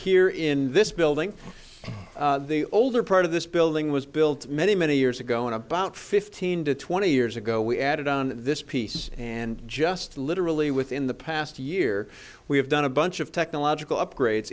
here in this building the older part of this building was built many many years ago in about fifteen to twenty years ago we added on this piece and just literally within the past year we have done a bunch of technological upgrades